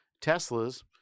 Tesla's